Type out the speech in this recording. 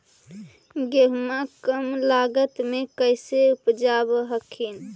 गेहुमा कम लागत मे कैसे उपजाब हखिन?